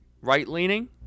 right-leaning